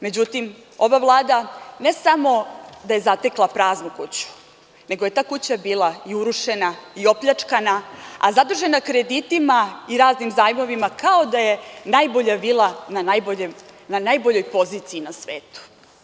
Međutim, ova Vlada ne samo da je zatekla praznu kuću, nego je ta kuća bila i urušena, opljačkana, a zadužena kreditima i raznim zajmovima, kao da je najbolja bila na najboljoj poziciji na svetu.